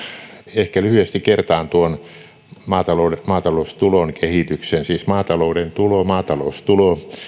ehkä lyhyesti kertaan tuon maataloustulon kehityksen siis maataloustulo